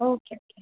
okay okay